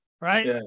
right